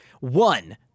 One